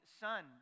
son